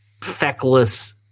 feckless